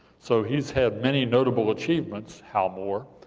so he's had many notable achievements, hal moore.